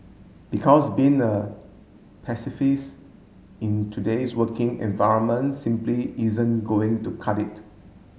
because being a pacifist in today's working environment simply isn't going to cut it